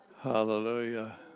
Hallelujah